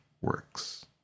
works